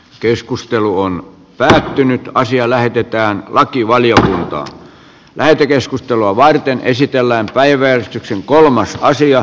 keskustelu on päätynyt asia lähetetään lakivaliokuntaan lähetekeskustelua varten esitellään päiväjärjestyksen tätä kokonaisuutta